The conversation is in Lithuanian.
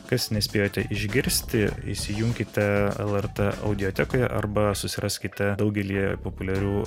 kas nespėjote išgirsti įsijunkite lrt audiotekoje arba susiraskite daugelyje populiarių